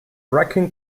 wrecking